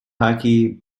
hockey